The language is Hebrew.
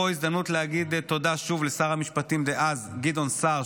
פה ההזדמנות להגיד תודה שוב לשר המשפטים דאז גדעון סער,